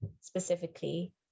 specifically